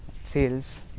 Sales